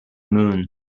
moon